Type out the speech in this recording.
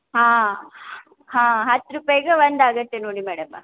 ಹಾಂ ಹಾಂ ಹತ್ತು ರೂಪಾಯ್ಗೆ ಒಂದು ಆಗುತ್ತೆ ನೋಡಿ ಮೇಡಮ